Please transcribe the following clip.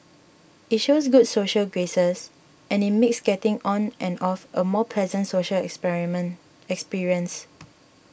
it shows good social graces and it makes getting on and off a more pleasant social experience